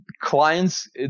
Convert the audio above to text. clients